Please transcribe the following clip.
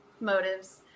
motives